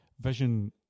vision